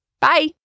Bye